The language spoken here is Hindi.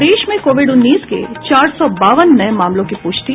प्रदेश में कोविड उन्नीस के चार सौ बावन नये मामलों की पूष्टि